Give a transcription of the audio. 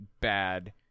bad